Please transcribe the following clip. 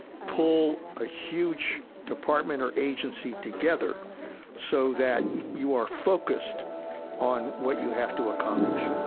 pull a huge department or agency together so that you are focused on what you have to accomplish.